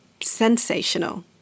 sensational